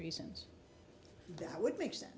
reasons that would make sense